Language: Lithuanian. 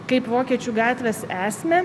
kaip vokiečių gatvės esmę